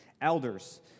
Elders